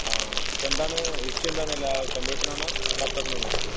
ആ ഇപ്പോൾ എന്താണ് ഇഷ്യൂ എന്താണ് കമ്പ്യൂട്ടറിനാണോ ലാപ്ടോപ്പിനാണോ ഇഷ്യൂ